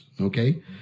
okay